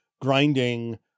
grinding